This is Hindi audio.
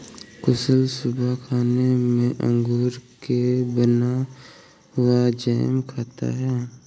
कुशल सुबह खाने में अंगूर से बना हुआ जैम खाता है